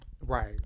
Right